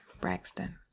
Braxton